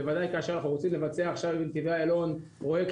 בוודאי כאשר אנחנו רוצים לבצע עכשיו בנתיבי איילון פרויקטים